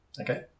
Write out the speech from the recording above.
Okay